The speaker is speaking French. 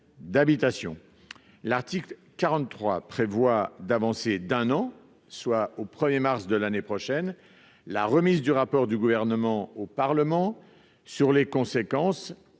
L'article 43 avance quant à lui d'un an, soit au 1 mars de l'année prochaine, la remise du rapport du Gouvernement au Parlement sur les conséquences